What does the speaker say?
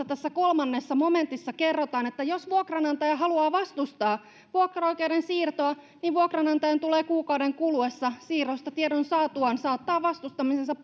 tässä kolmannessa momentissa kerrotaan että jos vuokranantaja haluaa vastustaa vuokraoikeuden siirtoa vuokranantajan tulee kuukauden kuluessa siirrosta tiedon saatuaan saattaa vastustamisensa